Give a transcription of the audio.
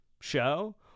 show